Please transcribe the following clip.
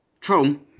True